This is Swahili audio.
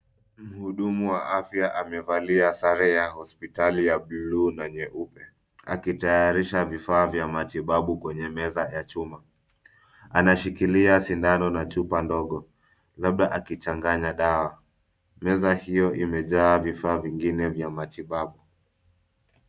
Mhudumu wa afya amevalia sare ya hosipitali ya blue na nyeupe akitayarisha vifaa vya matibabu kwenye meza ya chuma. Anashikilia sindano na chupa ndogo labda akichanganya dawa. Meza hiyo imejaa vifaa vingine vya matibabu.